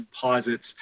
composites